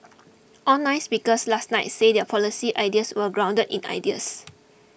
all nine speakers last night said their policy ideas were grounded in ideals